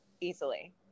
easily